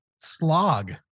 slog